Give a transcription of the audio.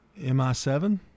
MI7